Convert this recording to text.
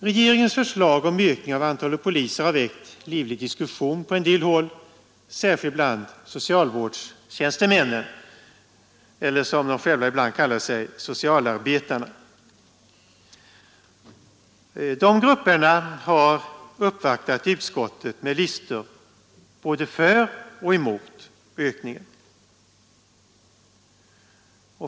Regeringens förslag till ökning av antalet poliser har väckt livlig diskussion på en del håll särskilt bland socialvårdstjänstemännen, eller socialarbetarna som de själva ibland kallar sig. De grupperna har uppvaktat utskottet med listor både för och emot ökningen.